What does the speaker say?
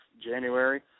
January